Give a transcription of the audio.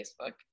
Facebook